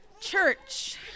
Church